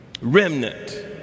Remnant